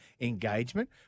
engagement